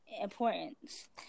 importance